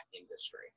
industry